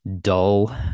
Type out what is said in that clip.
dull